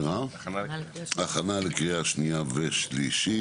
הכנה לקריאה שנייה ושלישית.